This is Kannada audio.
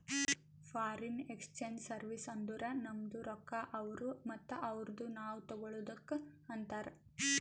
ಫಾರಿನ್ ಎಕ್ಸ್ಚೇಂಜ್ ಸರ್ವೀಸ್ ಅಂದುರ್ ನಮ್ದು ರೊಕ್ಕಾ ಅವ್ರು ಮತ್ತ ಅವ್ರದು ನಾವ್ ತಗೊಳದುಕ್ ಅಂತಾರ್